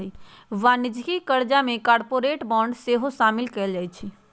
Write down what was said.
वाणिज्यिक करजा में कॉरपोरेट बॉन्ड सेहो सामिल कएल जाइ छइ